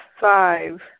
five